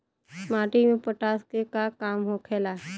माटी में पोटाश के का काम होखेला?